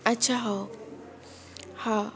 ଆଚ୍ଛା ହେଉ ହେଉ